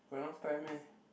got enough time meh